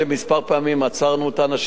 כמה פעמים עצרנו את האנשים,